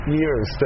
years